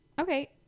okay